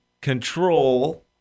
control